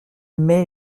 meix